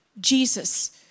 Jesus